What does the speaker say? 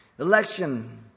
Election